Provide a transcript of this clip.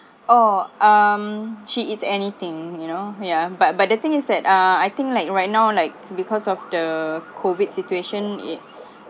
oh um she eats anything you know ya but but the thing is that ah I think like right now like because of the COVID situation it